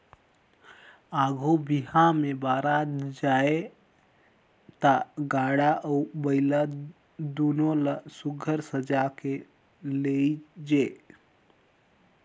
आघु बिहा मे बरात जाए ता गाड़ा अउ बइला दुनो ल सुग्घर सजाए के लेइजे